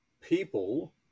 people